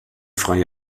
freie